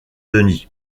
denis